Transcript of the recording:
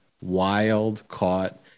wild-caught